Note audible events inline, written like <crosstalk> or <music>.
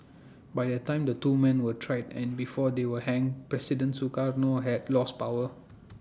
by the time the two men were tried and before they were hanged president Sukarno had lost power <noise>